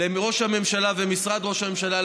לראש הממשלה ומשרד ראש הממשלה,